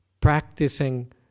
practicing